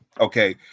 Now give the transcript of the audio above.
Okay